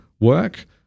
work